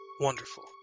wonderful